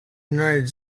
united